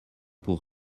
pour